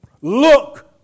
Look